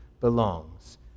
belongs